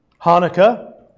Hanukkah